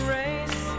race